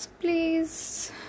please